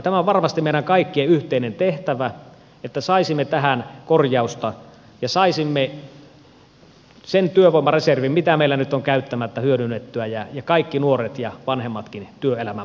tämä on varmasti meidän kaikkien yhteinen tehtävä että saisimme tähän korjausta ja saisimme sen työvoimareservin mitä meillä nyt on käyttämättä hyödynnettyä ja kaikki nuoret ja vanhemmatkin työelämän pariin